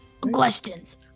questions